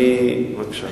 בבקשה.